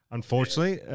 unfortunately